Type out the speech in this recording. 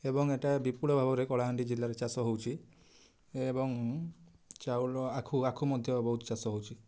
ଏବଂ ଏଇଟା ବିପୁଳ ଭାବରେ କଳାହାଣ୍ଡି ଜିଲ୍ଲାରେ ଚାଷ ହଉଛି ଏବଂ ଚାଉଳ ଆଖୁ ଆଖୁ ମଧ୍ୟ ବହୁତ ଚାଷ ହଉଛି